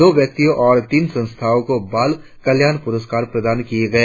दो व्यक्तियों और तीन संस्थाओं को बाल कल्याण प्रस्कार प्रदान किए गए